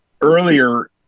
earlier